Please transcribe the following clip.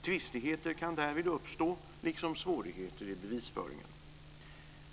Tvistigheter kan därvid uppstå, liksom svårigheter i bevisföringen.